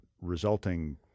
resulting